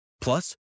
Plus